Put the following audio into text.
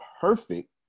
perfect